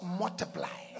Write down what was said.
multiply